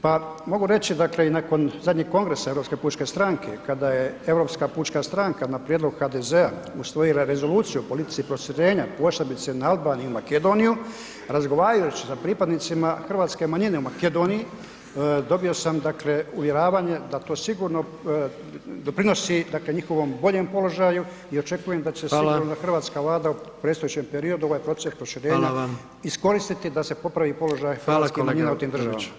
Pa mogu reći i nakon zadnjeg kongresa Europske pučke stranke kada je Europska pučka stranka na prijedlog HDZ-a usvojila Rezoluciju o politici proširenja posebice na Albaniju i Makedoniju razgovarajući sa pripadnicima hrvatske manjine u Makedoniji dobio sam uvjeravanje da to sigurno doprinosi njihovom boljem položaju i očekujem da će se sigurno hrvatska Vlada u predstojećem periodu ovaj proces proširenja iskoristiti da se popravi položaj hrvatskih manjina u tim državama.